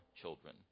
children